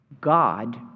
God